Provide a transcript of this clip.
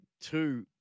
two